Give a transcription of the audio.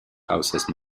houses